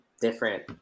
different